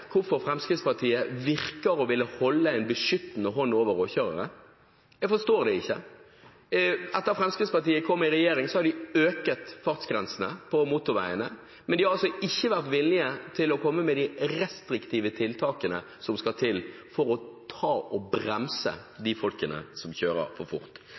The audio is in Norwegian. hvorfor Fremskrittspartiet virker å ville holde en beskyttende hånd over råkjørere. Jeg forstår det ikke. Etter at Fremskrittspartiet kom i regjering, har de økt fartsgrensene på motorveiene, men de har ikke vært villige til å komme med de restriktive tiltakene som skal til for å bremse de folkene som kjører for fort.